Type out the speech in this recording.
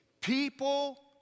People